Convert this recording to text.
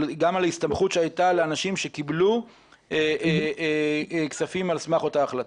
אבל גם ההסתמכות שהייתה לאנשים שקיבלו כספים על סמך אותה החלטה.